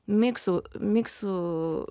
miksų miksų